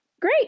great